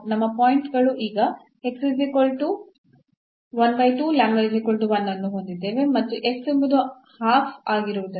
ನಮ್ಮ ಪಾಯಿಂಟ್ ಗಳು ಈಗ ಮತ್ತು ನಂತರ